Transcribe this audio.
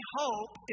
hope